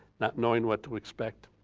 not knowing what to expect,